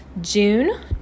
June